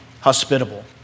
hospitable